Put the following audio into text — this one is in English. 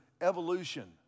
evolution